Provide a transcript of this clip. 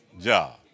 job